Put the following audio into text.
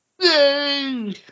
Yay